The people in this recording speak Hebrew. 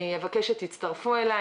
אני אבקש שתצטרפו אליי,